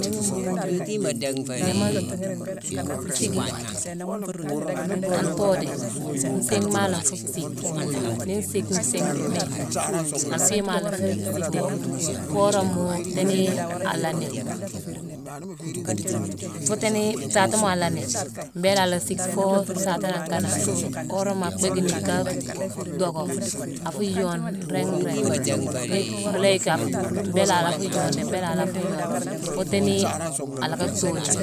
Diingi nbuugu-buuguma, ngnama siicki an too déé. Nsiigh maalé nfuu siick. Nii nsiick nsiigh bééghine, an fii maalé nfuu siick déé foo woramo tééni alaani. Foo tééni-saatama alaani, mbééla a la siick foo saata nangh kanane, worama a bhéékime ni ka dhocka, afu yoone nringh-nringh. Mu yick-mu la yick afu-mbééla a la fuu yoone déé-mbééla a la fuu yoone foo tééni a la thuuni.